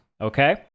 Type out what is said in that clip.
okay